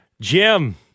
Jim